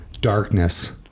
darkness